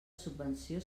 subvenció